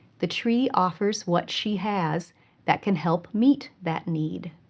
the tree offers what she has that can help meet that need.